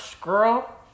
girl